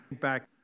Back